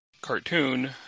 cartoon